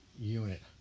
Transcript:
unit